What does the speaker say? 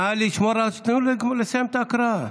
נא לשמור, תנו לסיים את ההקראה.